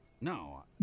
no